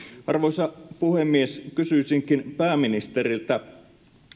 arvoisa puhemies kysyisinkin pääministeriltä